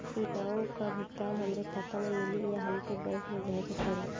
योजनाओ का भुगतान हमरे खाता में मिली या हमके बैंक जाये के पड़ी?